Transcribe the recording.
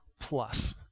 plus